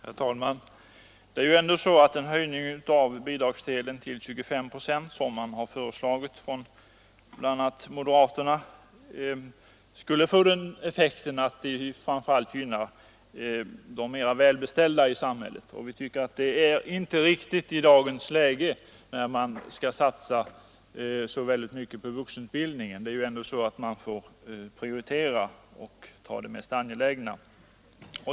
Herr talman! Det är ju ändå så att en höjning av bidragsdelen till 25 procent som bl.a. moderaterna har föreslagit skulle gynna framför allt de mer välbeställda i samhället. Det tycker vi inte är riktigt i dagens läge när man skall satsa så mycket på vuxenutbildning. Man måste ju ändå prioritera det mest angelägna.